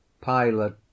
pilot